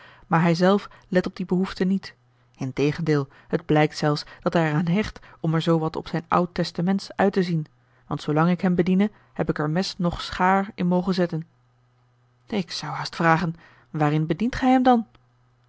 maar hij zelf let op die behoefte niet integendeel het blijkt zelfs dat hij er aan hecht om er zoo wat op zijn oud testaments uit te zien want zoolang ik hem bediene heb ik er mes nog schaar in mogen zetten ik zou haast vragen waarin bedient gij hem dan